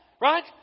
right